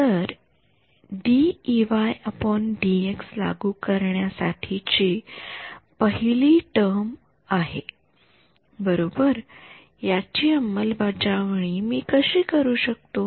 तर लागू करण्या करण्यासाठीची ती पहिली टर्म आहे बरोबर याची अंमलबजावणी मी कशी करू शकतो